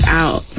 out